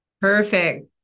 Perfect